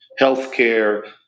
healthcare